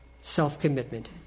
self-commitment